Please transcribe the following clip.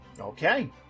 Okay